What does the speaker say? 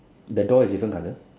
the door is different colour